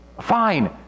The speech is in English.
Fine